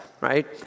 right